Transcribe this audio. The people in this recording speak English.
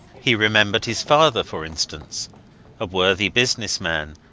he remembered his father, for instance a worthy business man,